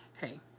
hey